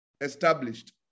established